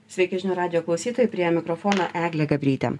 sveiki žinių radijo klausytojai prie mikrofono eglė gabrytė